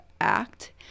Act